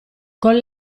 con